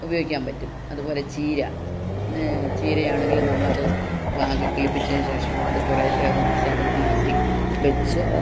ഉപയോഗിക്കാൻ പറ്റും അതുപോലെ ചീര ചീരയാണെങ്കിലും നമ്മളത് പാകി കിളിപ്പിച്ചതിന് ശേഷം അത് കുറെ അതും മാറ്റി വെച്ച്